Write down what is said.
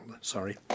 Sorry